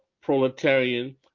proletarian